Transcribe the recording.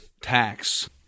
tax